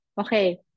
Okay